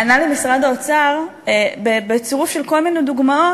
ענה לי משרד האוצר בצירוף של כל מיני דוגמאות